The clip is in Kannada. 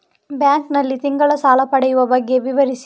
ಬ್ಯಾಂಕ್ ನಲ್ಲಿ ತಿಂಗಳ ಸಾಲ ಪಡೆಯುವ ಬಗ್ಗೆ ವಿವರಿಸಿ?